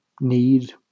need